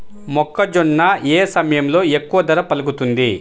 మొక్కజొన్న ఏ సమయంలో ఎక్కువ ధర పలుకుతుంది?